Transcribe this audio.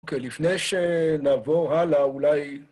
כן, לפני שנעבור הלאה, אולי...